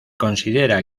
considera